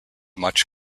much